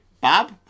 Bob